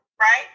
Right